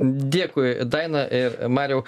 dėkui daina ir mariau